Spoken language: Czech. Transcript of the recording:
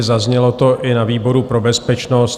Zaznělo to i na výboru pro bezpečnost.